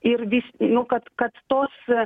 ir vis nu kad kad tos